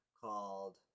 called